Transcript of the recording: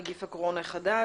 נגיף הקורונה החדש)